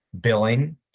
billing